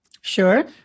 Sure